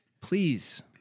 please